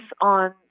on